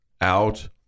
out